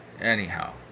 Anyhow